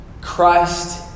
Christ